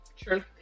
true